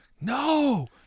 no